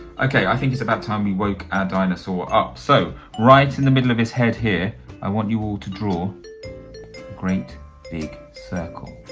ok, i think it's about time we woke our dinosaur up, so, right in the middle of his head here i want you all to draw a great big circle,